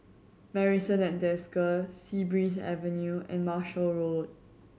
Marrison at Desker Sea Breeze Avenue and Marshall Road